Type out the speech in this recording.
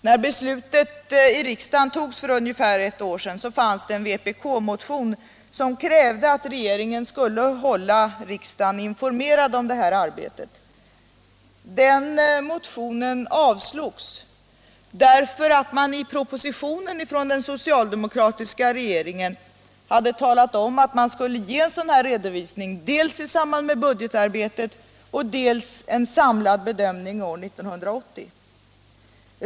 När beslutet i riksdagen togs för ungefär ett år sedan fanns det en vpk-motion som krävde att regeringen skulle hålla riksdagen informerad om det här arbetet. Den motionen avslogs, därför att den socialdemokratiska regeringen i sin proposition hade talat om att riksdagen skulle få dels en redovisning i samband med budgetarbetet, dels en samlad bedömning år 1980.